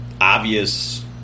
obvious